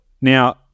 Now